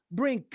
bring